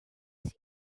heat